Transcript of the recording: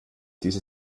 diese